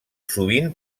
sovint